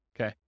Okay